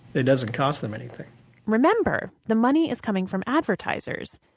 it doesn't cost them anything remember the money is coming from advertisers.